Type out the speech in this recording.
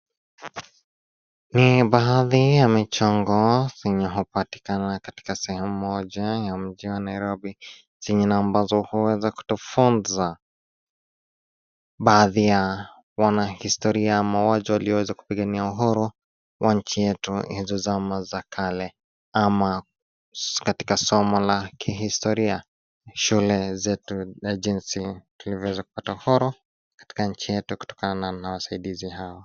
Ni baadhi ya michongo zenye hupatikana katika sehemu moja, ya mji wa Nairobi, zenye na ambazo huweza kutufunza, baadhi ya wanahistoria ama mmoja, walioweza kupigania uhuru wa nchi yetu, hizo zama za kale ama katika somo la kihistoria, shule zetu na jinsi tulivyoweza kupata uhuru, katika nchi yetu kutokana na wasaidizi hao.